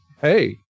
hey